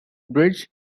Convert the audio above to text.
bridge